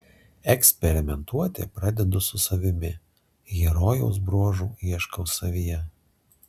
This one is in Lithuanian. eksperimentuoti pradedu su savimi herojaus bruožų ieškau savyje